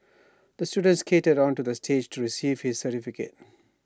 the student skated onto the stage to receive his certificate